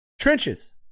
Trenches